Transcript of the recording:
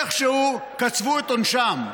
איכשהו קצבו את עונשם.